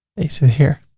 they sit here.